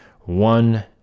one